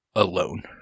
alone